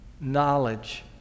knowledge